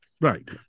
Right